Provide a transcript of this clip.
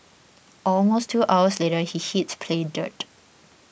almost two hours later he hits play dirt